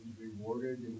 rewarded